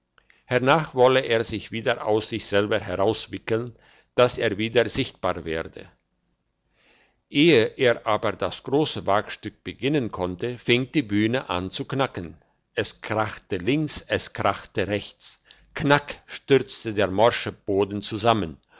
hernach wolle er sich wieder aus sich selber herauswickeln dass er wieder sichtbar werde ehe er aber das grosse wägestück beginnen konnte fing die bühne an zu knacken es kracht links es kracht rechts knack stürzte der morsche boden zusammen